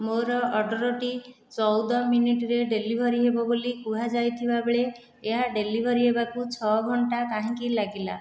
ମୋର ଅର୍ଡ଼ର୍ଟି ଚଉଦ ମିନିଟ୍ରେ ଡେଲିଭରି ହେବ ବୋଲି କୁହାଯାଇ ଥିବା ବେଳେ ଏହା ଡେଲିଭରି ହେବାକୁ ଛଅ ଘଣ୍ଟା କାହିଁକି ଲାଗିଲା